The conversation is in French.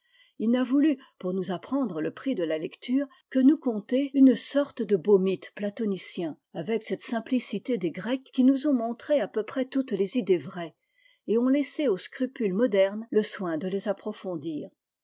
il n'a voulu pour nous apprendre le prix de la lecture que nous conter une sorte de beau mythe platonicien avec cette simplicité des grecs qui nous ont montré à peu près toutes les idées vraies et ont laissé aux scrupules modernes le soin de les approfondir